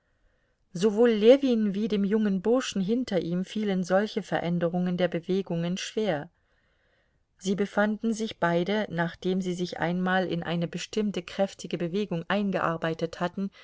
sowohl ljewin wie dem jungen burschen hinter ihm fielen solche veränderungen der bewegungen schwer sie befanden sich beide nachdem sie sich einmal in eine bestimmte kräftige bewegung eingearbeitet hatten